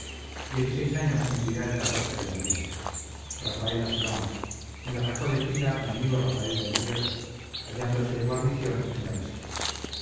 seis años cumplirá el de noviembre rafaela se llama me la sacó de pila mi amigo rafael del riego hallándose de guarnición en la isla